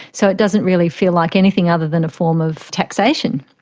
so it doesn't really feel like anything other than a form of taxation.